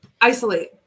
Isolate